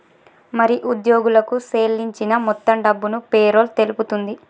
మరి ఉద్యోగులకు సేల్లించిన మొత్తం డబ్బును పేరోల్ తెలుపుతుంది